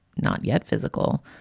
not yet physical,